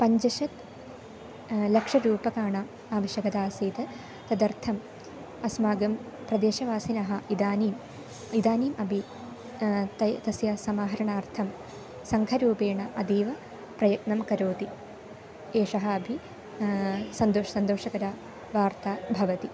पञ्चाशत् लक्षरूप्यकाणाम् आवश्यकता आसीत् तदर्थम् अस्माकं प्रदेशवासिनः इदानीम् इदानीम् अपि तैः तस्य समाहरणार्थं सङ्घरूपेण अतीव प्रयत्नं करोति एषः अपि सन्तोषकरः सन्तोषकरी वार्ता भवति